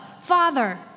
Father